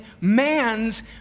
man's